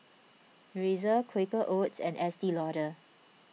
Razer Quaker Oats and Estee Lauder